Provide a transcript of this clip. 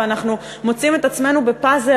ואנחנו מוצאים את עצמנו בפאזל,